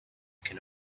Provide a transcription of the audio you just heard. can